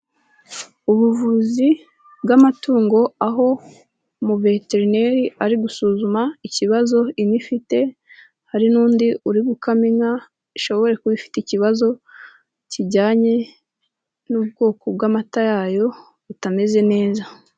Ubuvuzi bw'amatungo, aho umuveterineri ari gusuzuma ikibazo inka ifite, hari n'undi uri gukama inka ishobore kuba ifite ikibazo kijyanye n'ubwoko bw'amata yayo butameze neza.